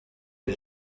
iri